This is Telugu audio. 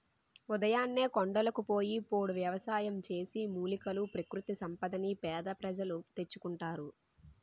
ఉదయాన్నే కొండలకు పోయి పోడు వ్యవసాయం చేసి, మూలికలు, ప్రకృతి సంపదని పేద ప్రజలు తెచ్చుకుంటారు